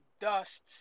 dusts